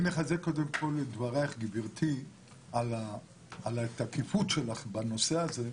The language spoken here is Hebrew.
אני מחזק את דבריך גברתי ואת התקיפות שלך בנושא הזה.